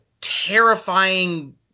terrifying